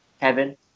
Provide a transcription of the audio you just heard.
Kevin